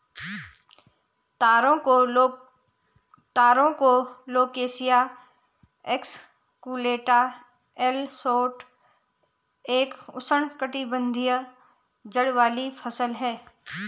तारो Colocasia esculenta L Schott एक उष्णकटिबंधीय जड़ वाली फसल है